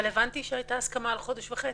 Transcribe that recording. אבל הבנתי שהייתה הסכמה על חודש וחצי.